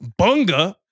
Bunga